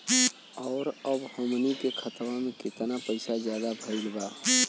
और अब हमनी के खतावा में कितना पैसा ज्यादा भईल बा?